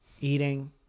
eating